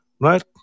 right